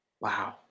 Wow